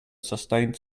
sustained